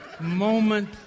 moment